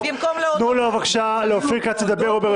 תנו לאופיר כץ לדבר.